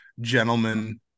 gentlemen